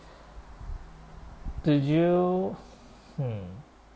could you mm